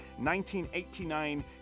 1989